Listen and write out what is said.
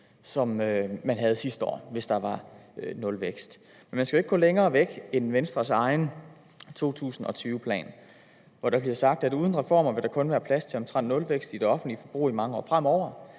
som han kalder nulvækst. Men man skal jo ikke gå længere end til Venstres egen 2020-plan, hvori der bliver sagt, at »uden reformer vil der kun være plads til omtrent nulvækst i det offentlige forbrug i mange år fremover.